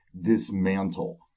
dismantle